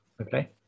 okay